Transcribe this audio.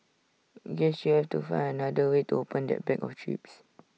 guess you have to find another way to open that bag of chips